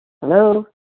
Hello